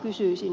kysyisin